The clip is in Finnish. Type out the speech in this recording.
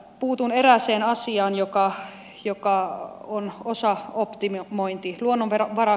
puutun erääseen asiaan joka on osaoptimointi